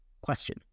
question